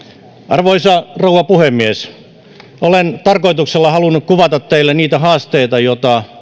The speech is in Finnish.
arvoisa rouva puhemies olen tarkoituksella halunnut kuvata teille niitä haasteita joita